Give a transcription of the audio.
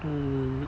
mm